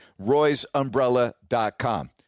roysumbrella.com